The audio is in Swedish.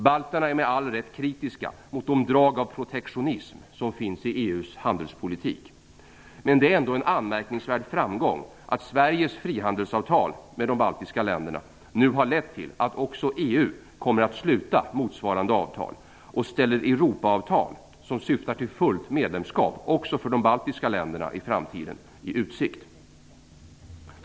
Balterna är med all rätt kritiska mot de drag av protektionism som finns i EU:s handelspolitik. Men det är ändå en anmärkningsvärd framgång att Sveriges frihandelsavtal med de baltiska länderna nu har lett till att också EU kommer att sluta motsvarande avtal och ställer Europaavtal som syftar till fullt medlemskap också för de baltiska länderna i framtiden i utsikt.